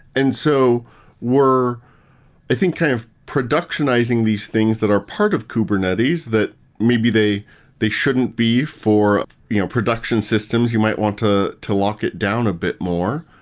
and so i think kind of productionizing these things that are part of kubernetes that may be they they shouldn't be for you know production systems. you might want to to lock it down a bit more,